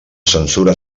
censura